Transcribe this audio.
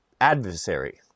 adversary